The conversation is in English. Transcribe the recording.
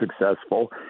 successful